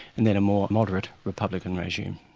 and then a more moderate republican regime.